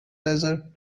desert